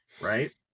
Right